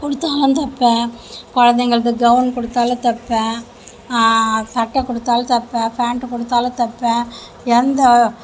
கொடுத்தாலும் தப்பேன் குழந்தைங்களுக்கு கவுன் கொடுத்தாலும் தப்பேன் சட்டை கொடுத்தாலும் தப்பேன் பேண்ட் கொடுத்தாலும் தப்பேன் எந்த